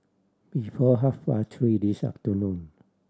before half past three this afternoon